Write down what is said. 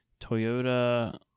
Toyota